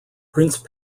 prince